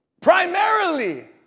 primarily